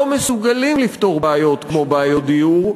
לא מסוגלים לפתור בעיות כמו בעיות דיור,